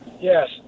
Yes